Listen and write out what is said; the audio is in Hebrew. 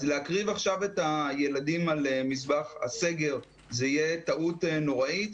אז להקריב עכשיו את הילדים על מזבח הסגר זו תהיה טעות נוראית,